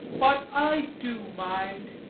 but i do mind,